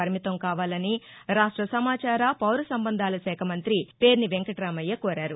పరిమితం కావాలని రాష్ట సమాచార పౌర సంబంధాల శాఖ మంతి పేర్ని వెంకటామయ్య కోరారు